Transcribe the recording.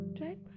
right